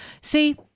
See